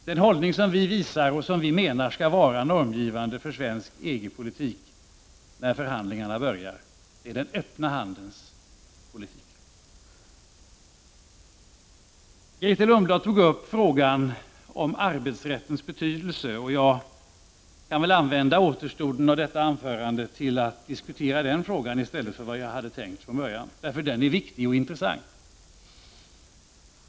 Den hållning som vi visar och som vi menar skall vara normgivande för svensk EG-politik när förhandlingarna börjar är den öppna handens politik. Grethe Lundblad tog upp frågan om arbetsrättens betydelse, och jag kan väl använda återstoden av detta anförande till att diskutera den frågan i stället för vad jag hade tänkt från början. Frågan är viktig och intressant.